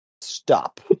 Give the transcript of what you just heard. Stop